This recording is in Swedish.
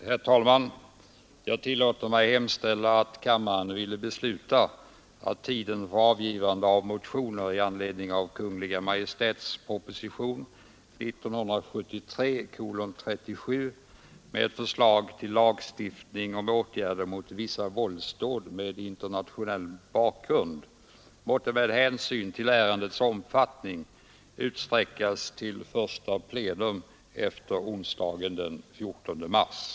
Herr talman! Jag tillåter mig hemställa att kammaren ville besluta att tiden för avgivande av motioner i anledning av Kungl. Maj:ts proposition 37 med förslag till lagstiftning om åtgärder mot vissa våldsdåd med internationell bakgrund måtte med hänsyn till ärendets omfattning utsträckas till första plenum efter onsdagen den 14 mars.